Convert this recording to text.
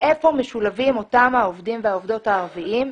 והיכן משולבים אותם העובדים והעובדות הערביים.